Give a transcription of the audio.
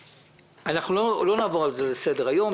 אנחנו לא נעבור על זה לסדר היום,